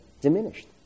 diminished